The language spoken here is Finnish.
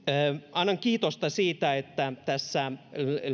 annan kiitosta siitä että tässä